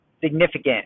Significant